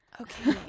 Okay